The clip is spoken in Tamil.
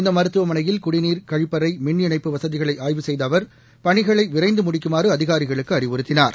இந்த மருத்துவமனையில் குடிநீர் கழிப்பறை மின்இணைப்பு வசதிகளை ஆய்வு செய்த அவர் பணிகளை விரைந்து முடிக்குமாறு அதிகாரிகளுக்கு அறிவுறுத்தினார்